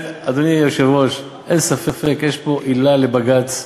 אדוני היושב-ראש, אין ספק, יש פה עילה לבג"ץ: